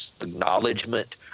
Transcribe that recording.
acknowledgement